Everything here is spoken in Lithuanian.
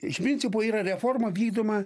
iš principo yra reforma vykdoma